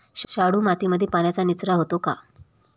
शाडू मातीमध्ये पाण्याचा निचरा होतो का?